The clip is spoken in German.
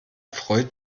freut